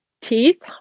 teeth